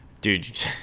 dude